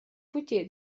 путей